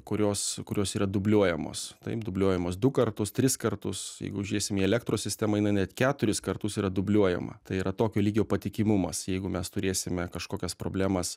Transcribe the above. kurios kurios yra dubliuojamos taip dubliuojamos du kartus tris kartus jeigu žiūrėsim į elektros sistemą jinai net keturis kartus yra dubliuojama tai yra tokio lygio patikimumas jeigu mes turėsime kažkokias problemas